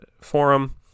forum